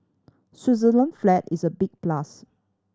Switzerland flag is a big plus